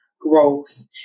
growth